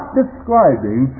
describing